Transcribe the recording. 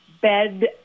bed